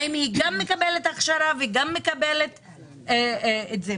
האם היא גם מקבלת הכשרה וגם מקבלת את זה.